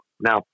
Now